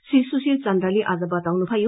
श्री सुशील चन्द्रले बझ बताउनुभयो